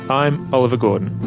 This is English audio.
i'm oliver gordon.